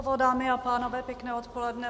Dámy a pánové, pěkné odpoledne.